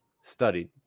studied